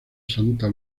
santa